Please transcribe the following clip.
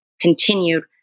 continued